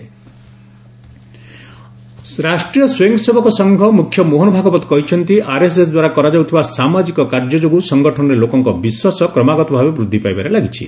RSS Rashtriya Swayamsevak Sangh ମୁଖ୍ୟ ମୋହନ ଭାଗବତ କହିଛନ୍ତି RSS ଦ୍ୱାରା କରାଯାଉଥିବା ସାମାଜିକ କାର୍ଯ୍ୟ ଯୋଗୁଁ ସଂଗଠନରେ ଲୋକଙ୍କ ବିଶ୍ୱାସ କ୍ରମାଗତ ଭାବେ ବୃଦ୍ଧି ପାଇବାରେ ଲାଗିଛି